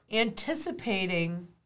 Anticipating